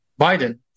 Biden